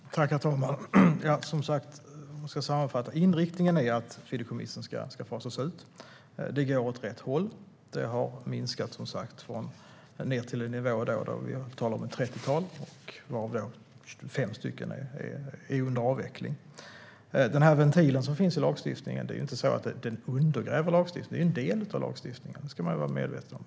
Herr talman! Om jag ska sammanfatta är inriktningen att fideikommissen ska fasas ut. Det går åt rätt håll. Antalet har minskat ned till en nivå där vi talar om ett trettiotal varav fem är under avveckling. Det är inte så att den ventil som finns i lagstiftningen undergräver lagstiftningen, utan det är en del av lagstiftningen. Det ska man vara medveten om.